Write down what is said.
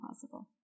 possible